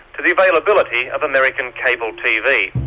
to the availability of american cable tv.